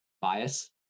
bias